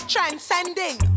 Transcending